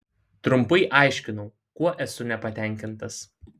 trumpai aiškinau kuo esu nepatenkintas